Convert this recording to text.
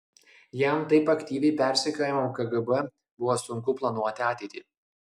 jam taip aktyviai persekiojamam kgb buvo sunku planuoti ateitį